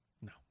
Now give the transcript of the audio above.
No